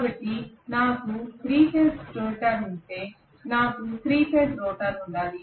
కాబట్టి నాకు 3 phase stator ఉంటే నాకు 3 ఫేజ్ రోటర్ ఉండాలి